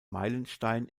meilenstein